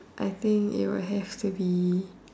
I think it will have to be